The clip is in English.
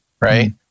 right